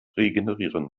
regenerieren